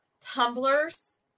tumblers